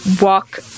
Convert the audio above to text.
walk